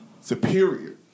superior